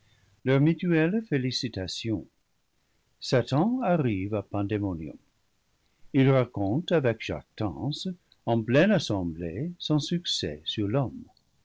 leurs mutuelles félicitations satan arrive à pandaemonium il raconte avec jactance en pleine assemblée son succès sur l'homme